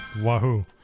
Wahoo